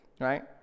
right